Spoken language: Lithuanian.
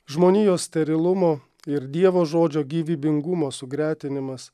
žmonijos sterilumo ir dievo žodžio gyvybingumo sugretinimas